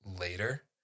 later